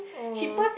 orh